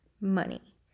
money